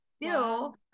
Bill